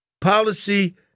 policy